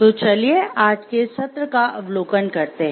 तो चलिए आज के इस सत्र का अवलोकन करते हैं